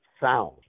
sound